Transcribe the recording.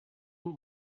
what